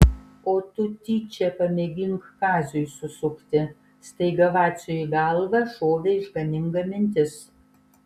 o tu tyčia pamėgink kaziui susukti staiga vaciui į galvą šovė išganinga mintis